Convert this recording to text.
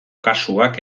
kasuak